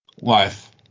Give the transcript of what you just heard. Life